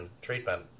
treatment